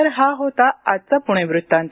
तर हा होता आजचा पुणे वृत्तांत